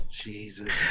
Jesus